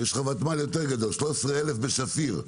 יש לך ותמ"ל יותר גדול, 13,000 בשפיר.